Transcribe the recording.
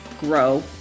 grow